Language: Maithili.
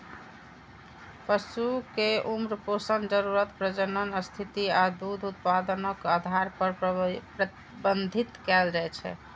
पशु कें उम्र, पोषण जरूरत, प्रजनन स्थिति आ दूध उत्पादनक आधार पर प्रबंधित कैल जाइ छै